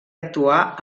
actuà